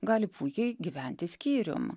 gali puikiai gyventi skyrium